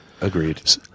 Agreed